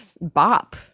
bop